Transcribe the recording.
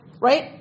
right